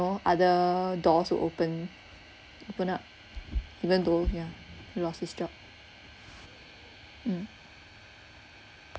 know other doors will open open up even though yeah he lost his job mm